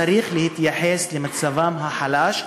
צריך להתייחס למצבם החלש,